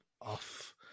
off